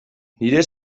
nire